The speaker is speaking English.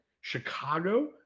Chicago